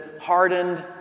hardened